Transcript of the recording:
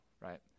Right